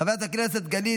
חבר הכנסת ווליד